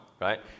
right